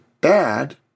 bad